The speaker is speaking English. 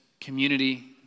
Community